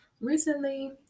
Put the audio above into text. Recently